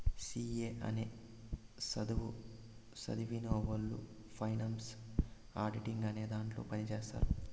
C A అనే సధువు సదివినవొళ్ళు ఫైనాన్స్ ఆడిటింగ్ అనే దాంట్లో పని చేత్తారు